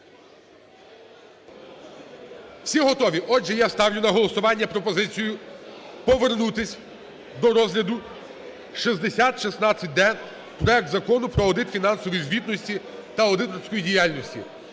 Всі готові? Отже, я ставлю на голосування пропозицію повернутися до розгляду 6016-д, проект Закону про аудит фінансової звітності та аудиторську діяльність.